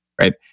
Right